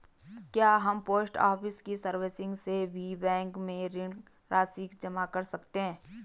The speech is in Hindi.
क्या हम पोस्ट ऑफिस की सर्विस से भी बैंक में ऋण राशि जमा कर सकते हैं?